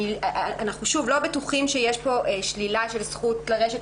אנחנו לא בטוחים שיש פה שלילה של זכות לרשת,